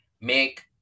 make